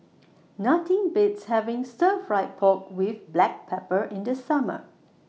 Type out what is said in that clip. Nothing Beats having Stir Fry Pork with Black Pepper in The Summer